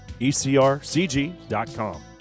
ecrcg.com